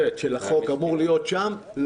כן,